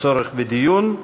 צורך בדיון.